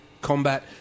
combat